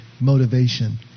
motivation